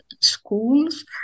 schools